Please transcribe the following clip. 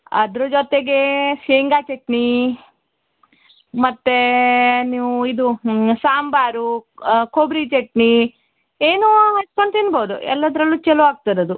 ಅದ್ರ ಜೊತೆಗೆ ಶೇಂಗ ಚಟ್ನಿ ಮತ್ತು ನೀವು ಇದು ಸಾಂಬಾರು ಕೊಬ್ಬರಿ ಚಟ್ನಿ ಏನು ಹಚ್ಕೊಂಡು ತಿನ್ಬೋದು ಎಲ್ಲದರಲ್ಲು ಚಲೋ ಆಗ್ತದೆ ಅದು